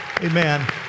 Amen